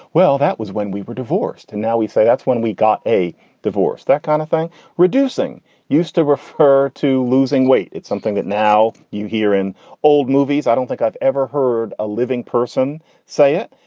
well, that was when we were divorced and now we say that's when we got a divorce. that kind of thing reducing reducing used to refer to losing weight. it's something that now you hear in old movies. i don't think i've ever heard a living person say it.